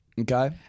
Okay